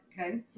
Okay